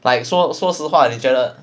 来说说实话你觉得